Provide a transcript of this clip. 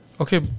Okay